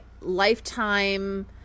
lifetime